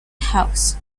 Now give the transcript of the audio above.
house